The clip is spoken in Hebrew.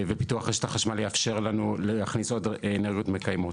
ופיתוח רשת החשמל יאפשר לנו להכניס עוד אנרגיות מקיימות.